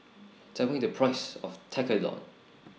Tell Me The Price of Tekkadon